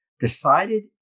decided